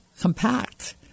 compact